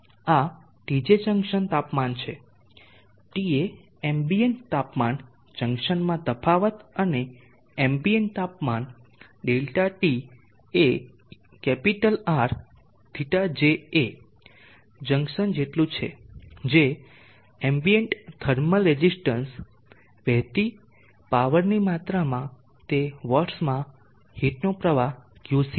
આ Tj junction તાપમાન છે Ta એમ્બિયન્ટ તાપમાન જંકશનમાં તફાવત અને એમ્બિયન્ટ તાપમાન ΔT એ RθJA જંકશન જેટલું છે જે એમ્બિયન્ટ થર્મલ રેઝિસ્ટન્સ વહેતી પાવરની માત્રામાં તે વોટસમાં હીટનો પ્રવાહ QC છે